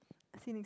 see next one